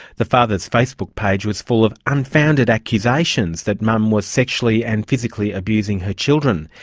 the father's facebook page was full of unfounded accusations that mum was sexually and physically abusing her children.